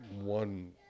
one